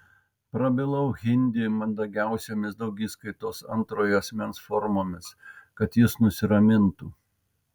prabilau hindi mandagiausiomis daugiskaitos antrojo asmens formomis kad jis nusiramintų